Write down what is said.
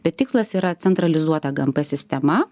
bet tikslas yra centralizuota gmp sistema